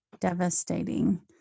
devastating